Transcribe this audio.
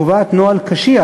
הצעת החוק קובעת נוהל קשיח,